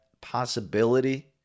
possibility